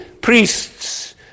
priests